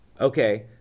Okay